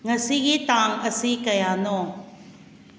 ꯉꯁꯤꯒꯤ ꯇꯥꯡ ꯑꯁꯤ ꯀꯌꯥꯅꯣ